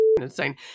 insane